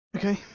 okay